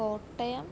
Kottayam